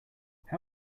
how